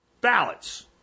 ballots